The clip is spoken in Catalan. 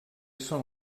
són